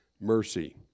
mercy